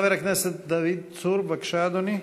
חבר הכנסת דוד צור, בבקשה, אדוני.